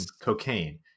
Cocaine